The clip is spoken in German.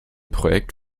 projekt